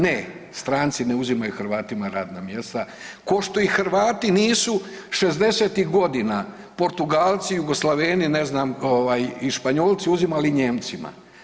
Ne, stranci ne uzimaju Hrvatima radna mjesta, kao što i Hrvati nisu 60-ih godina Portugalci, Jugoslaveni, ne znam i Španjolci uzimali Nijemcima.